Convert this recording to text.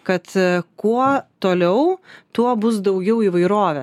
kad kuo toliau tuo bus daugiau įvairovės